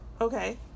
Okay